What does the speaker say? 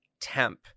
Temp